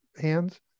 hands